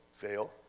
fail